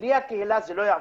בלי הקהילה זה לא יעבוד.